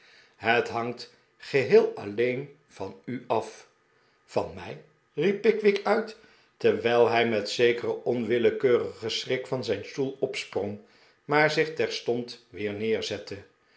het hangt geheel alleen van u af van mij riep pickwick uit terwijl hij met zekeren onwillekeurigen schrik van zijn stoel opsprong maar zich terstond weer neerzette